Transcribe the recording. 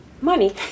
money